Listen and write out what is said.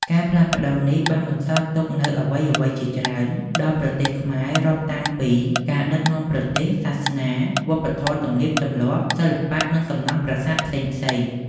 ការផ្លាស់ប្ដូរនេះ បានបន្សល់ទុកនូវអ្វីៗជាច្រើនដល់ប្រទេសខ្មែរ រាប់តាំងពី ការដឹកនាំប្រទេស សាសនា វប្បធម៌ ទំនៀមទម្លាប់ សិល្បៈ និងសំណង់ប្រាសាទផ្សេងៗ។